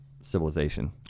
civilization